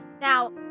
Now